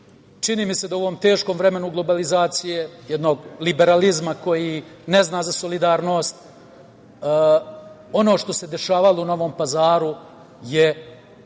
čini mi se da u ovom teškom vremenu globalizacije, jednog liberalizma koji ne zna za solidarnost, ono što se dešavalo u Novom Pazaru je